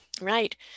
Right